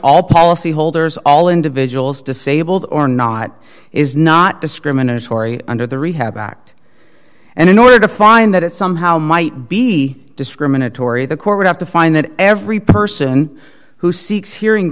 all policyholders all individuals disabled or not is not discriminatory under the rehab act and in order to find that it somehow might be discriminatory the court would have to find that every person who seeks hearing